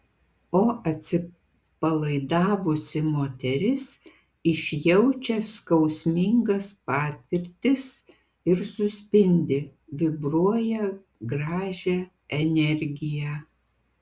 o atsipalaidavusi moteris išjaučia skausmingas patirtis ir suspindi vibruoja gražią energiją